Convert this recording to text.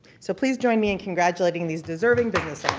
so please join me in congratulating these deserving business